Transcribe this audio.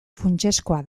funtsezkoa